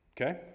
Okay